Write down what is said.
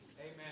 Amen